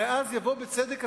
הרי אז יבוא הצבא,